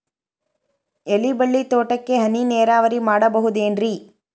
ಎಲೆಬಳ್ಳಿ ತೋಟಕ್ಕೆ ಹನಿ ನೇರಾವರಿ ಮಾಡಬಹುದೇನ್ ರಿ?